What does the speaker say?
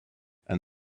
and